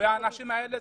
האנשים האלה,